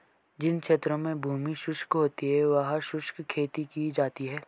जिन क्षेत्रों में भूमि शुष्क होती है वहां शुष्क खेती की जाती है